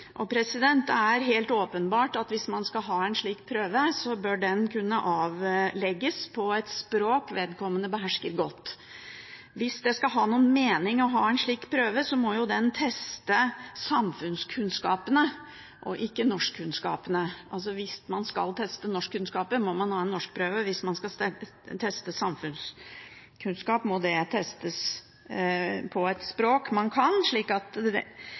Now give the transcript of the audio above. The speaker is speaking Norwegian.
Det er helt åpenbart at hvis man skal ha en slik prøve, bør den kunne avlegges på et språk vedkommende behersker godt. Hvis det skal ha noen mening å ha en slik prøve, må jo den teste samfunnskunnskapene og ikke norskkunnskapene. Hvis man skal teste norskkunnskaper, må man ha en norskprøve, og hvis man skal teste samfunnskunnskap, må det testes på et språk man kan, slik at